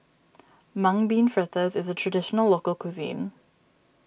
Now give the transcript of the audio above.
Mung Bean Fritters is a Traditional Local Cuisine